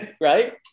Right